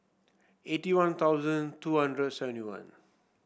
eighty One Thousand two hundred seventy one